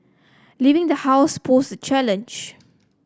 leaving the house posed a challenge